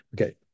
Okay